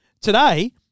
today